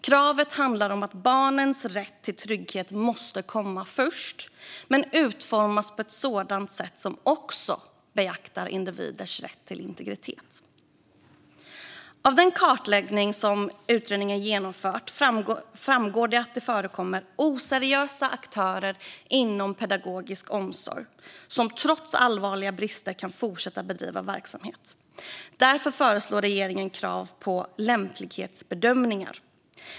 Kravet handlar om att barnens rätt till trygghet måste komma först men utformas på ett sätt som också beaktar individers rätt till integritet. Av den kartläggning som utredningen genomfört framgår att det förekommer oseriösa aktörer inom pedagogisk omsorg och att dessa, trots allvarliga brister, kan fortsätta att bedriva verksamhet. Därför föreslår regeringen krav på lämplighetsbedömningar.